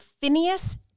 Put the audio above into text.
Phineas